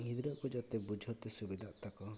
ᱜᱤᱫᱽᱨᱟᱹ ᱠᱚ ᱡᱟᱛᱮ ᱵᱩᱡᱷᱟᱹᱣᱛᱮ ᱡᱟᱛᱮ ᱥᱩᱵᱤᱫᱷᱟᱜ ᱛᱟᱠᱚ